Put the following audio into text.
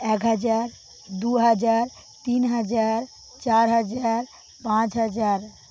এক হাজার দু হাজার তিন হাজার চার হাজার পাঁচ হাজার